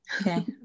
Okay